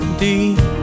deep